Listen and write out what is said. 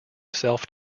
self